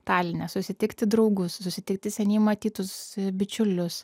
taline susitikti draugus susitikti seniai matytus bičiulius